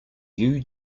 you